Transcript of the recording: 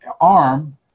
arm